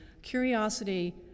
Curiosity